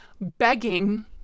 begging